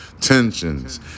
Tensions